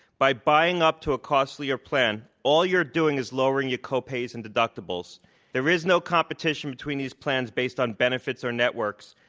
by buying up to a costlier plan, all you're doing is lowering your co-pays and deductibles there is no competition between these plans based on benefits or networks.